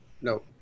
no